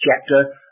chapter